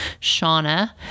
Shauna